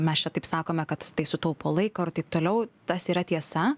mes čia taip sakome kad tai sutaupo laiko ir taip toliau tas yra tiesa